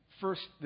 first